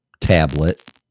tablet